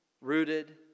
rooted